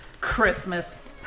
Christmas